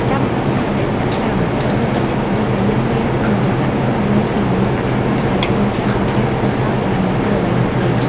ការបណ្ដុះស្មារតីសកម្ម សុភាសិតនេះជំរុញឲ្យយើងមាន ស្មារតីសកម្ម មិនមែនជាមនុស្សអសកម្មដែលរង់ចាំឱកាសមកដល់ដោយមិនធ្វើអ្វីនោះទេ។